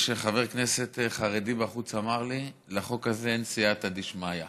יש חבר כנסת חרדי בחוץ שאמר לי: לחוק הזה אין סיעתא דשמיא,